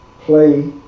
play